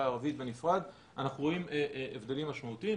הערבית בנפרד אנחנו רואים הבדלים משמעותיים.